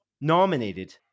nominated